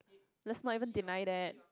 let's not even deny that